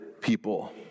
people